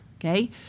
okay